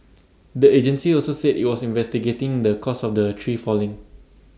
the agency also said IT was investigating the cause of the tree falling